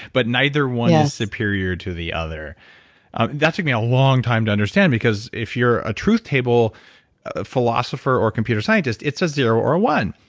but neither one is superior to the other that took me a long time to understand because if you're a truth table philosopher or computer scientist, it's a zero or a one.